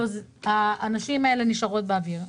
הנשים האלה נשארות באוויר.